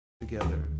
together